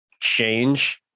change